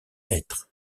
être